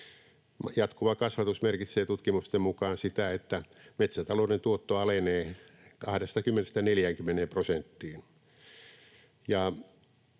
Jatkuva kasvatus merkitsee tutkimusten mukaan sitä, että metsätalouden tuotto alenee 20—40 prosenttia,